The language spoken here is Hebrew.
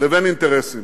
לבין אינטרסים.